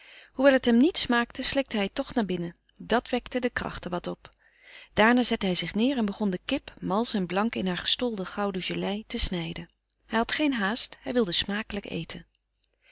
hoewel het hem niet smaakte slikte hij het toch naar binnen dat wekte de krachten wat op daarna zette hij zich neêr en begon de kip malsch en blank in haar gestolde gouden gelei te snijden hij had geen haast hij wilde smakelijk eten